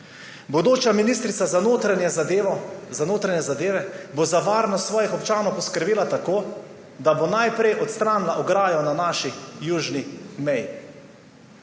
Bodoča ministrica za notranje zadeve bo za varnost svojih občanov poskrbela tako, da bo najprej odstranila ograjo na naši južni meji,